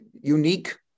unique